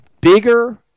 bigger